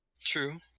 True